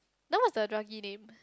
then what's the druggy name